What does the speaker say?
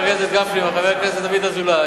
חבר הכנסת גפני וחבר דוד אזולאי,